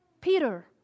Peter